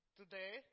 today